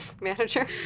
manager